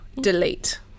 delete